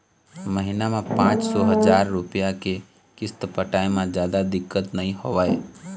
महिना म पाँच सौ, हजार रूपिया के किस्त पटाए म जादा दिक्कत नइ होवय